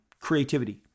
creativity